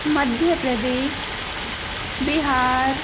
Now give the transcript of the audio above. Madhya Pradesh Bihar